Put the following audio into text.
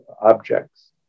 objects